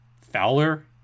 Fowler